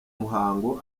umuhango